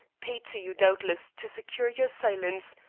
paid to you, doubtless, to secure your silence,